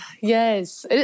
Yes